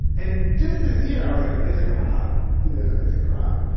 and just this year, i was like, it's a crop. you know it's a crop.